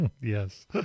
Yes